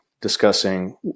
discussing